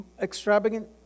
extravagant